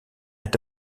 est